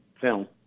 film